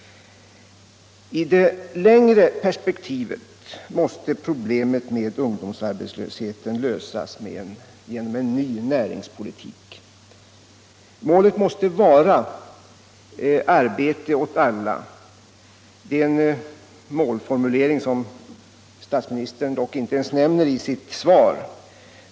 I det längre perspektivet måste problemet ungdomsarbetslösheten lösas genom en ny näringspolitik. Målet måste vara ”arbete åt alla”, en målformulering som statsministern dock inte ens nämner i sitt svar.